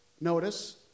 Notice